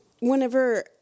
whenever